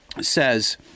says